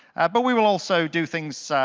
but we will also do things,